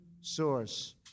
source